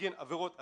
בגין עבירות הסתה.